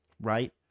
right